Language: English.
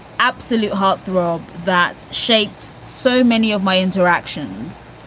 absolute heartthrob that shakes so many of my interactions,